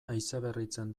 haizeberritzen